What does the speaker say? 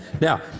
Now